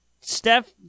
Steph